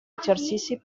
exercici